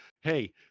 hey